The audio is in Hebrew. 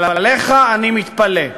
אבל עליך אני מתפלא.